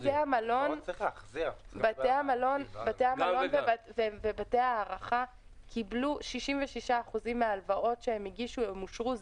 בתי המלון ובתי הארחה קיבלו 66% מההלוואות שהם הגישו ואושרו.